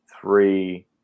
three